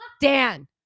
Dan